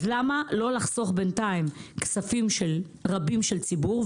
אז למה לא לחסוך בינתיים כספים רבים של ציבור?